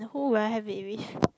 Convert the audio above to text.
who will I have it with